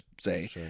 Say